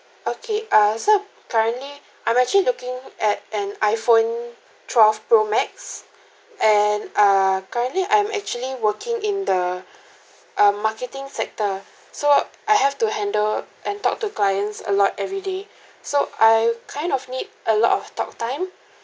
okay uh so currently I'm actually looking at an iPhone twelve pro max and err currently I'm actually working in the um marketing sector so I have to handle and talk to clients a lot everyday so I kind of need a lot of talktime